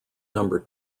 number